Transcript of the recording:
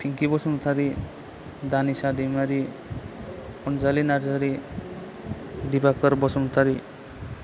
Pinki Basumatary Danisa Daimary Anjali Narzary Dibakar Basumatary